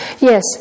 yes